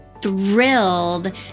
thrilled